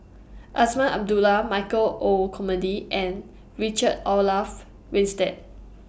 Azman Abdullah Michael Olcomendy and Richard Olaf Winstedt